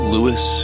Lewis